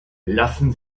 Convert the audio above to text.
lassen